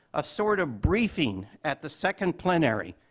a sort of briefing at the second plenary,